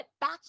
back